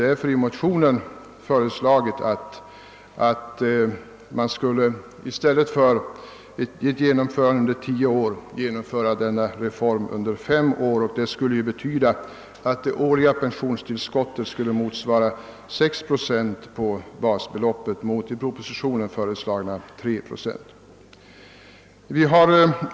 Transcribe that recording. I motionerna föreslår vi därför att förslaget skulle genomföras på fem år i stället för på tio år, vilket skulle betyda att det årliga pensionstillskottet skulle motsvara 6 procent av basbeloppet mot de i propositionen föreslagna 3 procenten.